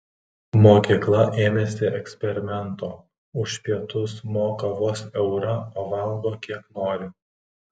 mokykla ėmėsi eksperimento už pietus moka vos eurą o valgo kiek nori